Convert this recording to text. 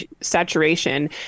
saturation